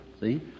See